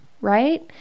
right